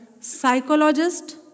psychologist